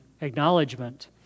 acknowledgement